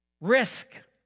risk